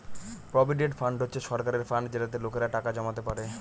provident fund হচ্ছে সরকারের fund যেটাতে লোকেরা টাকা জমাতে পারে